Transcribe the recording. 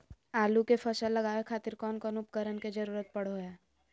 आलू के फसल लगावे खातिर कौन कौन उपकरण के जरूरत पढ़ो हाय?